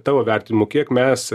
tavo vertinimu kiek mes